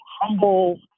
humble